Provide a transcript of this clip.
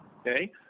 okay